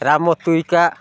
Ram ତୁଇକା